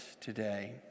today